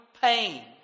pain